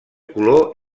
color